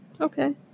Okay